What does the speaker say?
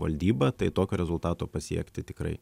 valdybą tai tokio rezultato pasiekti tikrai